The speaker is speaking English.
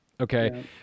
okay